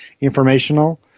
informational